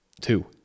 two